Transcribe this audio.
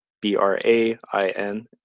B-R-A-I-N